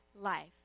life